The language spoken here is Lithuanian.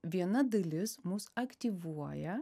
viena dalis mus aktyvuoja